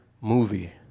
movie